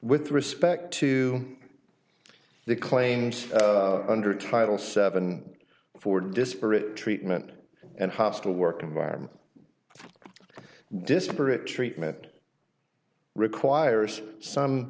with respect to the claims under title seven for disparate treatment and hostile work environment disparate treatment requires some